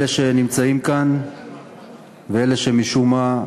אלה שנמצאים כאן ואלה שמשום מה,